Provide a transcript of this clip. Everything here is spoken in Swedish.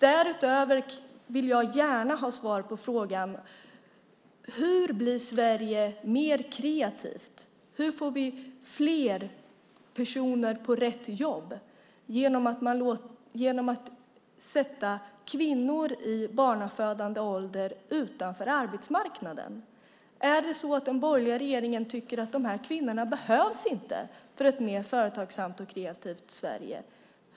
Därutöver vill jag gärna ha svar på frågan hur Sverige kommer att bli mer kreativt, hur vi får fler personer på rätt jobb genom att ställa kvinnor i barnafödande ålder utanför arbetsmarknaden. Tycker den borgerliga regeringen att dessa kvinnor inte behövs för ett mer företagsamt och kreativt Sverige?